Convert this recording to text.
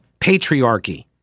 patriarchy